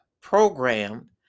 programmed